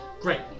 Great